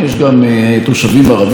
ואנחנו מכבדים אותם,